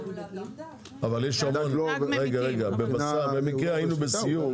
היינו בסיור.